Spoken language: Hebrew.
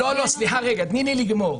סליחה, תני לי לגמור.